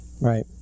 Right